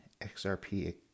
XRP